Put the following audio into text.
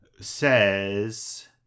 says